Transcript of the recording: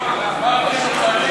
אמרתי שצריך לשנות את,